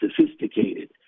sophisticated